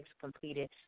completed